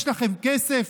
יש לכם כסף?